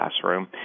classroom